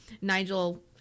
Nigel